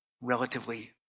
relatively